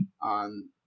on